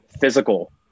physical